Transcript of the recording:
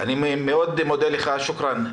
אני מודה לך מאוד, שוקרן.